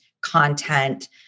content